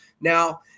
now